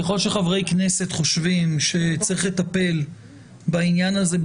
ככל שחברי כנסת חושבים שצריך לטפל בעניין הזה,